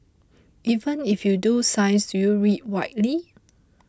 even if you do science do you read widely